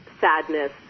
sadness